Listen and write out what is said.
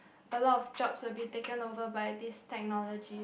a lot of jobs will be taken over by this technology